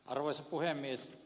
arvoisa puhemies